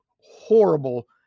horrible